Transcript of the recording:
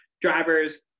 drivers